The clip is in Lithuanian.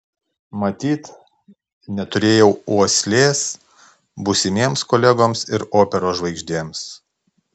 matyt neturėjau uoslės būsimiems kolegoms ir operos žvaigždėms